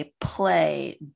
play